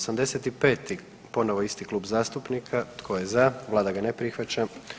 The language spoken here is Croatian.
85. ponovo isti klub zastupnika, tko je za, vlada ga ne prihvaća.